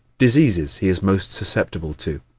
diseases he is most susceptible to